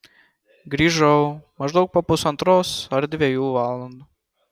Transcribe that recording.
grįžau maždaug po pusantros ar dviejų valandų